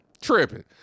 Tripping